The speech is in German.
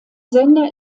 sender